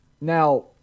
Now